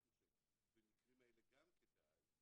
שיחליטו שבמקרים האלה גם כדאי,